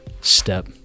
step